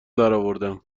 درآوردم